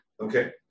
Okay